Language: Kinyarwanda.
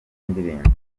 ndirimbo